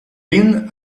been